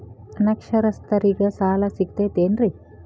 ಅನಕ್ಷರಸ್ಥರಿಗ ಸಾಲ ಸಿಗತೈತೇನ್ರಿ?